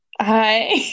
Hi